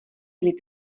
lid